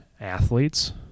athletes